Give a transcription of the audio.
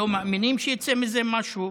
הם לא מאמינים שיצא מזה משהו.